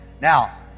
Now